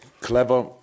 clever